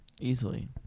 easily